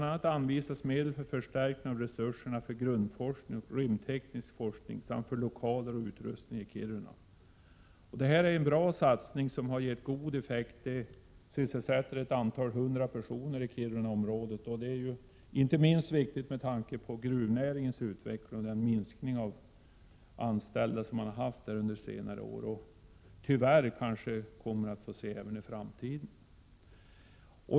a. anvisas medel för förstärkning av resurserna för grundforskning och rymdteknisk forskning samt för lokaler och utrustning i Kiruna. Detta är en bra satsning, som har gett god effekt. Institutet sysselsätter några hundra personer i Kirunaområdet, och det är ju inte minst viktigt med tanke på gruvnäringens utveckling och den minskning av antalet anställda som man har haft där under senare år och tyvärr kanske kommer att få se även i framtiden.